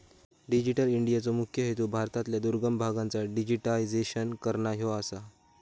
digital इंडियाचो मुख्य हेतू भारतातल्या दुर्गम भागांचा डिजिटायझेशन करना ह्यो आसा